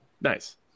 nice